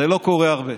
זה לא קורה הרבה.